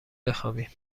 بخوابیم